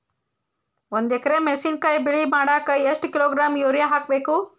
ಒಂದ್ ಎಕರೆ ಮೆಣಸಿನಕಾಯಿ ಬೆಳಿ ಮಾಡಾಕ ಎಷ್ಟ ಕಿಲೋಗ್ರಾಂ ಯೂರಿಯಾ ಹಾಕ್ಬೇಕು?